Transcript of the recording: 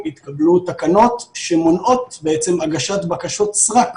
התקבלו תקנות שמונעות בעצם הגשת בקשות סרק